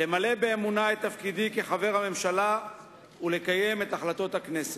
למלא באמונה את תפקידי כחבר הממשלה ולקיים את החלטות הכנסת.